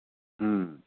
होम